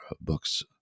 books